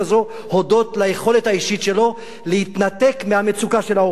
הודות ליכולת האישית שלו להתנתק מהמצוקה של ההורים.